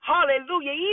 Hallelujah